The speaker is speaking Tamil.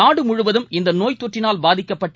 நாடு முழுவதும் இந்த நோய் தொற்றினால் பாதிக்கப்பட்டு